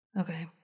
okay